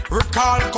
recall